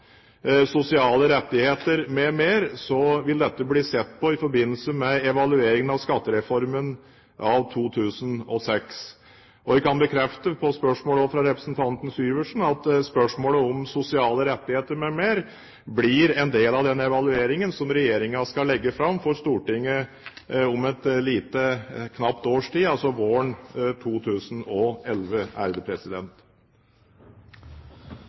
sosiale rettigheter m.m., vil dette bli sett på i forbindelse med evalueringen av skattereformen av 2006. Jeg kan også bekrefte, på spørsmål fra representanten Syversen, at spørsmålet om sosiale rettigheter m.m. blir en del av den evalueringen som regjeringen skal legge fram for Stortinget om knapt et års tid, altså våren 2011.